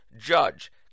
Judge